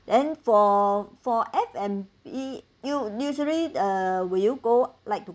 then for for F&B u~ usually uh would you go like